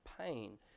pain